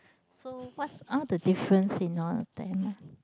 so what's all the difference in all of them